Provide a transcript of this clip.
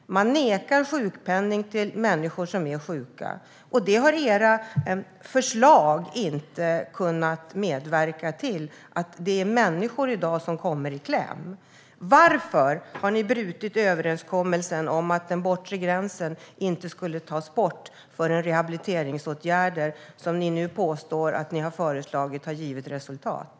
Sjuka människor nekas sjukpenning. Era förslag har inte medverkat till att människor inte kommer i kläm. Varför har ni brutit överenskommelsen om att den bortre gränsen inte skulle tas bort förrän rehabiliteringsåtgärder, som ni påstår att ni har föreslagit, har givit resultat?